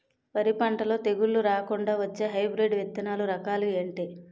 వరి పంటలో తెగుళ్లు రాకుండ వచ్చే హైబ్రిడ్ విత్తనాలు రకాలు ఏంటి?